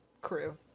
crew